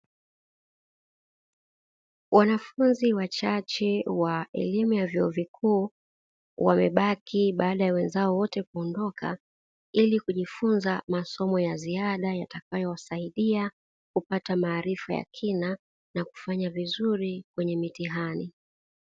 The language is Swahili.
Wanafunzi wachache wa elimu ya vyuo vikuu wamebaki baada ya wenzao wote kuondoka ili kujifunza masomo ya ziada, yatakayo wasaidia kupata maarifa ya kina na kufanya vizuri kwenye mitihani.